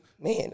Man